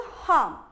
harm